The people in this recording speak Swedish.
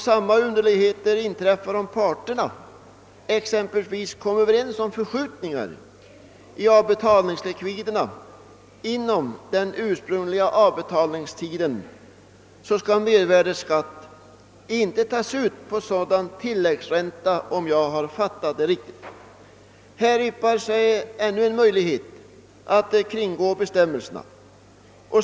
Samma underligheter inträffar om parterna exempelvis kommer överens om förskjutningar av avbetalningslikviderna inom den ursprungliga avbetalningstiden. Då skall mervärdeskatt inte tas ut på tilläggsräntan, om jag fattat rätt. Här yppar sig ännu en möjlighet att kringgå bestämmelserna.